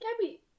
Gabby